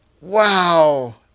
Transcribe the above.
Wow